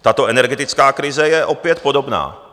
Tato energetická krize je opět podobná.